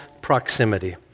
proximity